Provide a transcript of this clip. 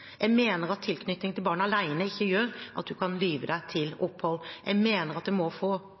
Jeg mener at tilknytning til barn alene ikke gjør at du kan lyve deg til opphold. Jeg mener at det må få